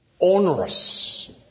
onerous